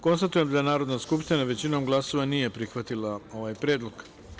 Konstatujem da Narodna skupština većinom glasova nije prihvatila ovaj predlog.